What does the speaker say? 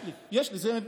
יש לי, יש לי.